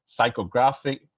psychographic